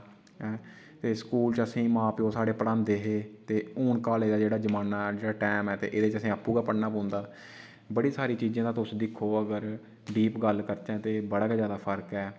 ते स्कूल च असें गी मां प्योऽ साढ़े पढांदे हे ते हून कॉलेज़ दा जेह्ड़ा जमान्ना ऐ जेह्ड़ा टैम ऐ ते एह्दे च असें आपूं गै पढ़ना पौंदा बड़ी सारी चीज़ें दा तुस दिक्खो अगर डीप गल्ल करचै तां बड़ा गै जादा फर्क ऐ